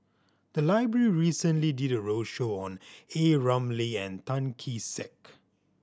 the library recently did a roadshow on A Ramli and Tan Kee Sek